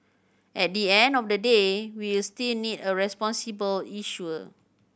at the end of the day we still need a responsible issuer